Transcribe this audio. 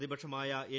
പ്രതിപക്ഷമായ എൻ